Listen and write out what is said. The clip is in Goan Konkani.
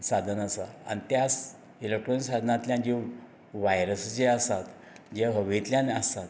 साधन आसा आनी त्या इलेक्ट्रोनीक साधनांतल्यान ज्यो वायरस जे आसात जे हवेंतल्यान आसात